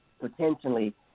potentially